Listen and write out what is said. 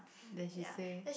then she say